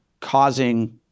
causing